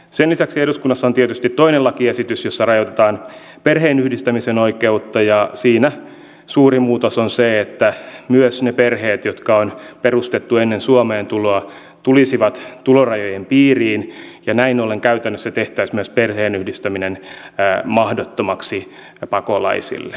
sen lisäksi eduskunnassa on tietysti toinen lakiesitys jossa rajoitetaan perheenyhdistämisen oikeutta ja siinä suuri muutos on se että myös ne perheet jotka on perustettu ennen suomeen tuloa tulisivat tulorajojen piiriin ja näin ollen käytännössä tehtäisiin myös perheenyhdistäminen mahdottomaksi pakolaisille